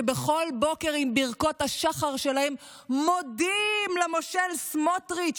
שבכל בוקר עם ברכות השחר שלהם מודים למושל סמוטריץ'